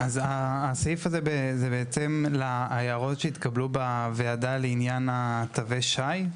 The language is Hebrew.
הסעיף הזה הוא בהתאם להערות שהתקבלו בוועדה לעניין תווי שי.